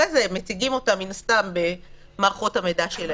אחרי זה הם מציגים אותה מן הסתם במערכות המידע שלהם.